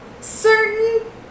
certain